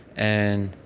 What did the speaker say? and